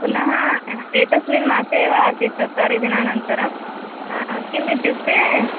पुनः एतस्मिन् मासे एव आसीत् चत्वारिदिनानन्तरं किम् इत्युक्ते